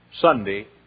Sunday